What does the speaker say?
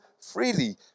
freely